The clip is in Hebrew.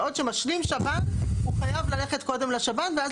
בעוד שמשלים שב"ן הוא חייב ללכת קודם לשב"ן ואז